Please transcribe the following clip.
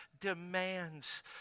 demands